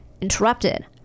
interrupted